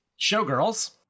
Showgirls